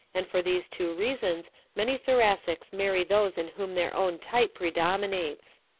and for these two reasons many thoracics marry those in whom their own type predominates.